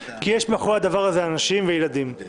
כי יש מאחורי זה אנשים וילדים.